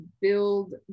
build